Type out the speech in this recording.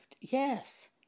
Yes